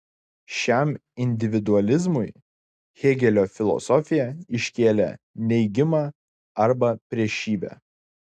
šiam individualizmui hėgelio filosofija iškėlė neigimą arba priešybę